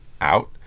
out